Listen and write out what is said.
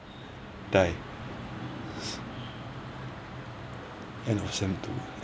die end of sem two